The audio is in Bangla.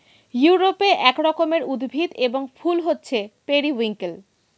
ইউরোপে এক রকমের উদ্ভিদ এবং ফুল হচ্ছে পেরিউইঙ্কেল